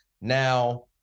Now